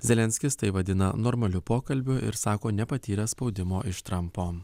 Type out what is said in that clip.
zelenskis tai vadina normaliu pokalbiu ir sako nepatyręs spaudimo iš trampo